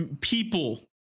people